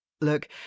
Look